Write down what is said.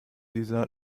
dieser